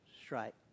strike